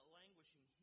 languishing